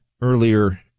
earlier